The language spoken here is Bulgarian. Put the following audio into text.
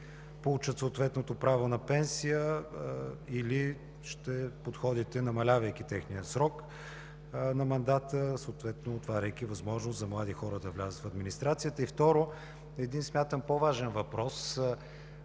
получат съответното право на пенсия, или ще подходите, намалявайки техния срок на мандата, отваряйки възможност за млади хора да влязат в администрацията? Второ, един по-важен въпрос: